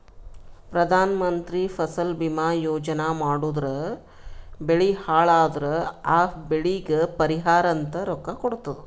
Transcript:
ಪ್ರಧಾನ ಮಂತ್ರಿ ಫಸಲ ಭೀಮಾ ಯೋಜನಾ ಮಾಡುರ್ ಬೆಳಿ ಹಾಳ್ ಅದುರ್ ಆ ಬೆಳಿಗ್ ಪರಿಹಾರ ಅಂತ ರೊಕ್ಕಾ ಕೊಡ್ತುದ್